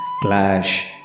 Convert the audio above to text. clash